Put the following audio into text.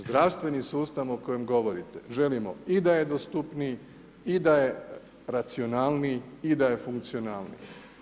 Zdravstveni sustav o kojem govorite, želimo i da je dostupniji i da je racionalniji i da je funkcionalniji.